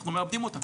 אנחנו מאבדים אותם.